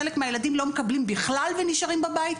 חלק מהילדים לא מקבלים בכלל ונשארים בבית,